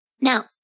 Now